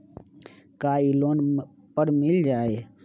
का इ लोन पर मिल जाइ?